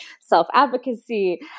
self-advocacy